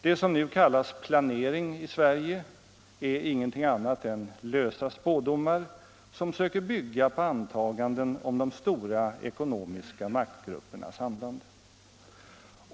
Det som nu kallas planering i Sverige är ingenting annat än lösa spådomar som söker bygga på antaganden om de stora ekonomiska maktgruppernas handlande.